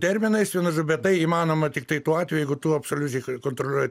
terminais bet tai įmanoma tiktai tuo atveju jeigu tu absoliučiai kontroliuoji